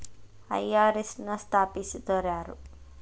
IRS ನ ಸ್ಥಾಪಿಸಿದೊರ್ಯಾರು?